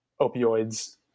opioids